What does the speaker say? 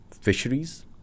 fisheries